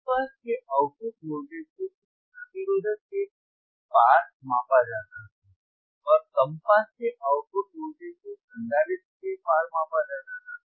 उच्च पास के आउटपुट वोल्टेज को इस प्रतिरोधक के पार मापा जाता था और कम पास के आउटपुट वोल्टेज को संधारित्र के पार मापा जाता था